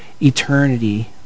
eternity